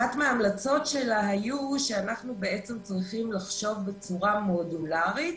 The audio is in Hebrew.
אחת מההמלצות שלה היו שאנחנו צריכים לחשוב בצורה מודולרית,